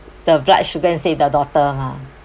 the blood sh~ and save the daughter mah